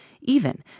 even